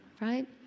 Right